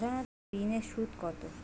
সাধারণ ঋণের সুদ কত?